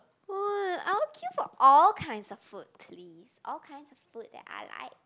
what I would queue for all kinds of food please all kinds of food that I like